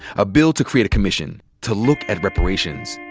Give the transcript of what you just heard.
a bill to create a commission to look at reparations,